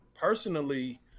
personally